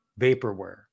vaporware